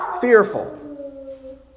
fearful